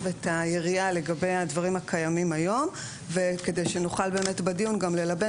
את היריעה לגבי הדברים הקיימים היום וכדי שנוכל באמת בדיון גם ללבן